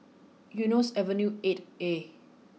Eunos Avenue eight A